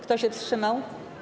Kto się wstrzymał?